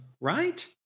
right